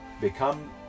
become